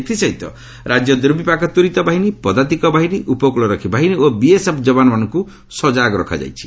ଏଥିସହିତ ରାଜ୍ୟ ଦୁର୍ବିପାକ ତ୍ୱରିତ ବାହିନୀ ପଦାତିକ ବାହିନୀ ଉପକୂଳ ରକ୍ଷୀ ବାହିନୀ ଓ ବିଏସ୍ଏଫ୍ ଯବାନମାନଙ୍କୁ ସଜାଗ ରଖାଯାଇଛି